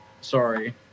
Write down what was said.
sorry